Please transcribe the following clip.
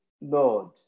Lord